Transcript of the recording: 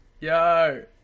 Yo